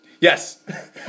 Yes